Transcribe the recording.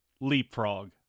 leapfrog